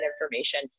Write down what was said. information